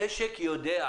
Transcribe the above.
המשק יודע,